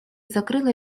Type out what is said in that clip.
закрыла